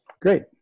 Great